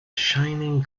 shining